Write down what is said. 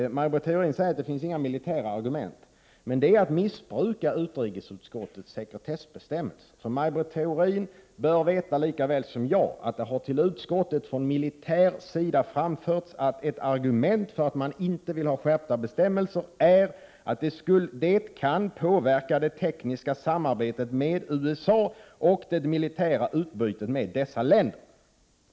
Maj Britt Theorin säger att det finns inga militära argument, men det är att missbruka utrikesutskottets sekretessbestämmelser. Maj Britt Theorin bör veta lika väl som jag att det har till utskottet från militär sida framförts att ett argument för att man inte vill ha skärpta bestämmelser är att det kan påverka det tekniska samarbetet med USA och det militära utbytet med kärnvapenmakterna.